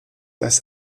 dass